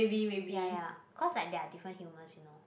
ya ya cause like there are different humours you know